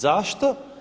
Zašto?